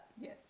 Yes